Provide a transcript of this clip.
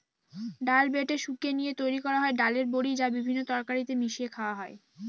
ডাল বেটে শুকিয়ে নিয়ে তৈরি করা হয় ডালের বড়ি, যা বিভিন্ন তরকারিতে মিশিয়ে খাওয়া হয়